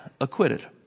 acquitted